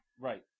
Right